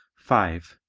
five.